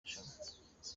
rushanwa